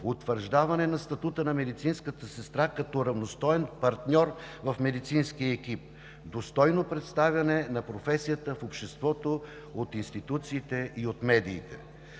утвърждаване на статута на медицинската сестра като равностоен партньор в медицинския екип; достойно представяне на професията в обществото от институциите и от медиите.